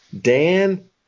Dan